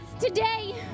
today